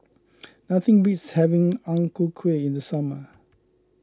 nothing beats having Ang Ku Kueh in the summer